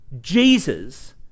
Jesus